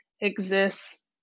exists